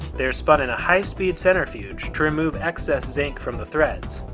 they are spun in a high speed centrifuge to remove excess zinc from the threads.